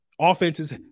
offenses